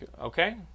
Okay